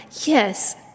Yes